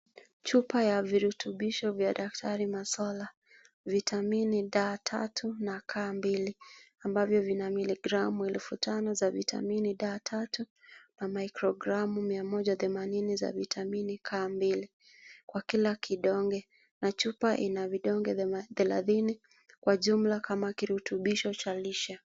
Chupa ya virutubisho vya Daktari Mercola vitamin D3 na K2 ambavyo vina miligramu elfu tano za vitamini D3 na mikrogramu mia moja themanini za vitamini K2 kwa kila kidonge na chupa ina vidonge thema- thelathini kwa jumla kama kirutubisho cha lishe.